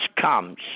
comes